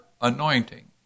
anointing